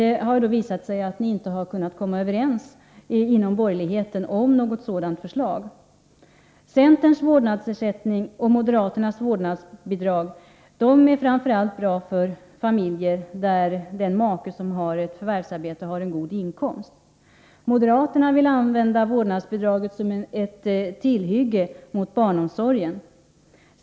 Det visade sig att ni inte kunde komma överens inom borgerligheten om ett förslag. Centerns vårdnadsersättning och moderaternas vårdnadsbidrag är framför allt bra för familjer där den som har ett förvärvsarbete har en god inkomst. Moderaterna vill ju använda vårdnadsbidraget som ett tillhygge när det gäller barnomsorgen.